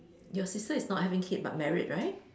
your sister is not having kids but married right